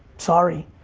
sorry.